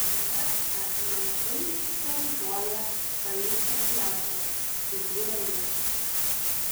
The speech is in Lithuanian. mes esame labai įsipareigoję haičio gyventojams pridūrė ji